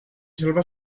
salva